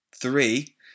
Three